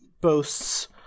boasts